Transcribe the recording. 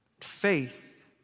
Faith